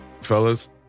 fellas